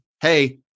hey